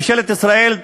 ממשלת ישראל,